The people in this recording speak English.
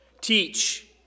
teach